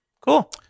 Cool